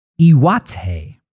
Iwate